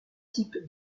type